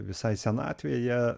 visai senatvėje